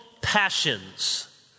passions